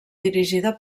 dirigida